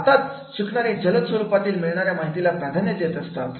आत्ताच शिकणारे जलद स्वरुपातील मिळणाऱ्या माहितीला प्राधान्य देत असतात